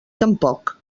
tampoc